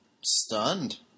stunned